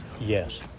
Yes